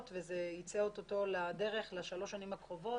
ובקרוב זה יצא לדרך לשלוש השנים הקרובות,